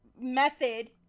method